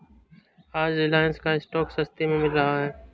आज रिलायंस का स्टॉक सस्ते में मिल रहा है